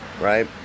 Right